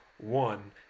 one